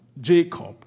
Jacob